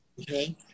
Okay